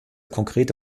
konkrete